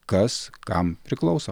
kas kam priklauso